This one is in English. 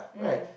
mm